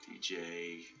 DJ